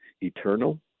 eternal